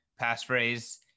passphrase